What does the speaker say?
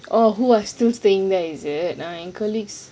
orh who are still staying there is it